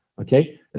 Okay